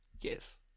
Yes